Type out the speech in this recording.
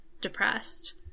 depressed